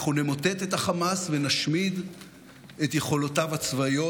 אנחנו נמוטט את חמאס ונשמיד את יכולותיו הצבאיות.